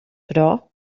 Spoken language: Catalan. però